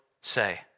say